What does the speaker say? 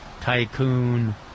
Tycoon